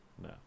No